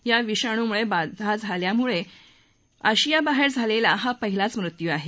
या विषाणूची बाधा झाल्यामुळे आशिया बाहेर झालेला हा पहिलाच मृत्यू आहे